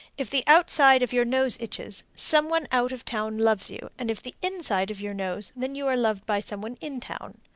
if the outside of your nose itches, some one out of town loves you, and if the inside of your nose, then you are loved by some one in town.